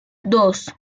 dos